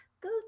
go